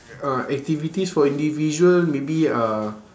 uh activities for individual maybe uh